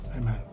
Amen